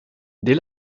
dès